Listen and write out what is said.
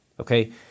Okay